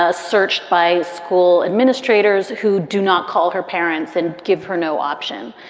ah searched by school administrators who do not call her parents and give her no option.